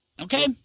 okay